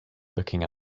looking